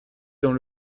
dans